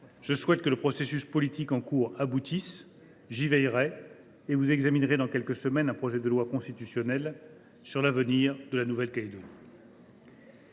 Je souhaite que le processus politique en cours aboutisse. J’y veillerai : vous examinerez dans quelques semaines un projet de loi constitutionnelle sur l’avenir de ce territoire.